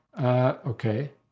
Okay